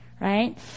right